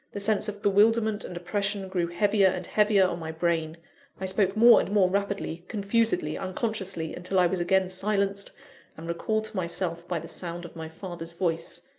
the sense of bewilderment and oppression grew heavier and heavier on my brain i spoke more and more rapidly, confusedly, unconsciously, until i was again silenced and recalled to myself by the sound of my father's voice.